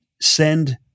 send